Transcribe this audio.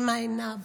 אימא עינב."